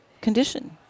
condition